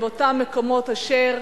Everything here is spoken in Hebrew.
ובאותם מקומות אשר